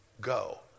go